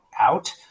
out